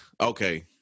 okay